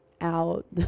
out